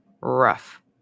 rough